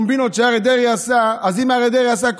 קומבינות שאריה דרעי עשה?